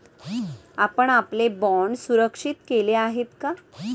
आपण आपले बाँड सुरक्षित केले आहेत का?